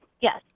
yes